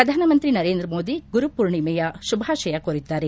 ಪ್ರಧಾನಮಂತ್ರಿ ನರೇಂದ್ರಮೋದಿ ಗುರುಪೂರ್ಣಿಮೆಯ ಶುಭಾಶಯ ಕೋರಿದ್ದಾರೆ